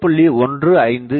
1575 மற்றும் t0